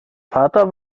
vater